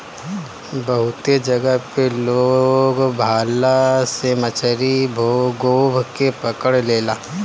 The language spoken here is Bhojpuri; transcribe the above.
बहुते जगह पे लोग भाला से मछरी गोभ के पकड़ लेला